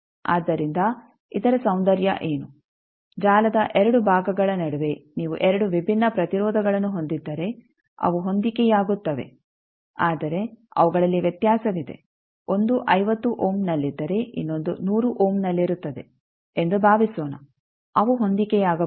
ಆದ್ದರಿಂದ ಇದರ ಸೌಂದರ್ಯ ಏನು ಜಾಲದ 2 ಭಾಗಗಳ ನಡುವೆ ನೀವು 2 ವಿಭಿನ್ನ ಪ್ರತಿರೋಧಗಳನ್ನು ಹೊಂದಿದ್ದರೆ ಅವು ಹೊಂದಿಕೆಯಾಗುತ್ತವೆ ಆದರೆ ಅವುಗಳಲ್ಲಿ ವ್ಯತ್ಯಾಸವಿದೆ ಒಂದು 50 ಓಮ್ನಲ್ಲಿದ್ದರೆ ಇನ್ನೊಂದು 100 ಓಮ್ನಲ್ಲಿರುತ್ತದೆ ಎಂದು ಭಾವಿಸೋಣ ಅವು ಹೊಂದಿಕೆಯಾಗಬಹುದು